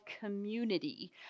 community